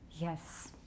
Yes